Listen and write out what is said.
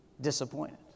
Disappointed